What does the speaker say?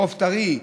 עוף טרי,